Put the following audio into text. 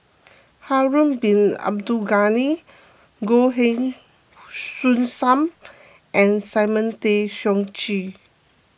Harun Bin Abdul Ghani Goh Heng Soon Sam and Simon Tay Seong Chee